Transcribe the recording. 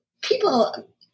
People